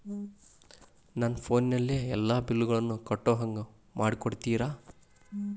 ನನ್ನ ಫೋನಿನಲ್ಲೇ ಎಲ್ಲಾ ಬಿಲ್ಲುಗಳನ್ನೂ ಕಟ್ಟೋ ಹಂಗ ಮಾಡಿಕೊಡ್ತೇರಾ?